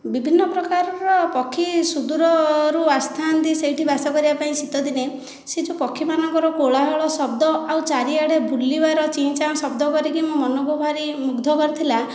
ବିଭିନ୍ନ ପ୍ରକାରର ପକ୍ଷୀ ସୁଦୂରରୁ ଆସିଥାନ୍ତି ସେଇଠି ବାସ କରିବାପାଇଁ ଶୀତଦିନେ ସେ ଯେଉଁ ପକ୍ଷୀମାନଙ୍କର କୋଳାହଳ ଶବ୍ଦ ଆଉ ଚାରିଆଡ଼େ ବୁଲିବାର ଚିଁ ଚାଁ ଶବ୍ଦ କରିକି ମୋ' ମନକୁ ଭାରି ମୁଗ୍ଧ କରିଥିଲା